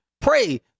pray